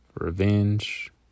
Revenge